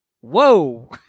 Whoa